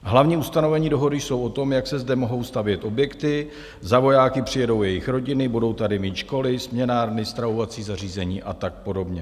Hlavní ustanovení dohody jsou o tom, jak se zde mohou stavět objekty, za vojáky přijedou jejich rodiny, budou tady mít školy, směnárny, stravovací zařízení a tak podobně.